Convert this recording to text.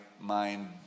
mind